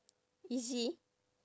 easy